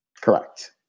Correct